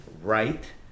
right